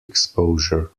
exposure